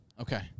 Okay